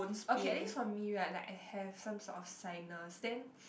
okay at least for me right like I have some sort of sinus then